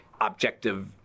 objective